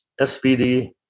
SPD